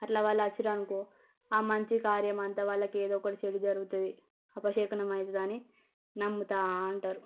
అట్లా వాళ్ళు వచ్చిర్రు అనుకో ఆ మంచి కార్యం అంతా వాళ్ళకి ఏదో ఒక చెడు జరుగుతుంది అపశకునం అవుతుందని నమ్ముతా ఉంటారు